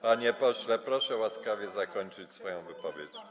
Panie pośle, proszę łaskawie zakończyć swoją wypowiedź.